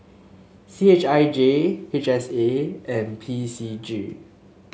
C H I J H S A and P C G